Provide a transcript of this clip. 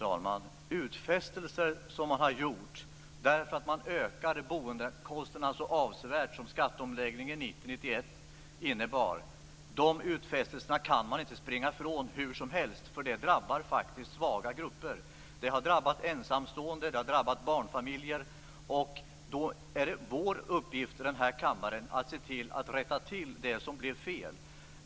Fru talman! Det går inte att hur som helst springa ifrån utfästelser som gjordes på grund av de avsevärt ökade boendekostnaderna som skatteomläggningen 1990-1991 innebar. Det drabbar svaga grupper. Det har drabbat ensamstående och barnfamiljer. Det är då kammarens uppgift att rätta till det som blev fel.